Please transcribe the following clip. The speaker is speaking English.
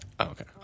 Okay